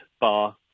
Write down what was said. bar